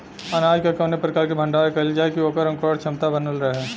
अनाज क कवने प्रकार भण्डारण कइल जाय कि वोकर अंकुरण क्षमता बनल रहे?